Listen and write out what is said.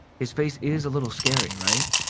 his face is a little scary, right?